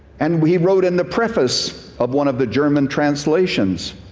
and we wrote in the preface of one of the german translations,